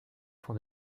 pour